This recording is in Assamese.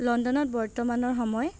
লণ্ডনত বৰ্তমানৰ সময়